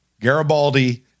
Garibaldi